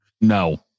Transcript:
no